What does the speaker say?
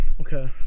Okay